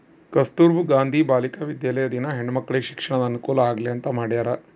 ಕಸ್ತುರ್ಭ ಗಾಂಧಿ ಬಾಲಿಕ ವಿದ್ಯಾಲಯ ದಿನ ಹೆಣ್ಣು ಮಕ್ಕಳಿಗೆ ಶಿಕ್ಷಣದ ಅನುಕುಲ ಆಗ್ಲಿ ಅಂತ ಮಾಡ್ಯರ